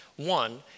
One